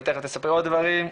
ותיכף תספרי עוד דברים,